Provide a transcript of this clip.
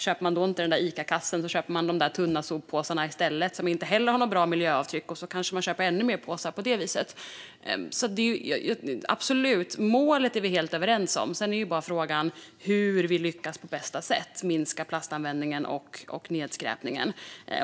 Köper man då inte den där plastkassen köper man i stället tunna soppåsar, som inte heller har något bra miljöavtryck, och på det viset köper man kanske ännu fler påsar. Målet är vi helt överens om, absolut. Frågan är bara hur vi på bästa sätt lyckas minska plastanvändningen och nedskräpningen.